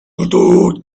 without